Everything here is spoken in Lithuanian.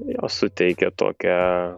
jo suteikia tokią